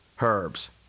Herbs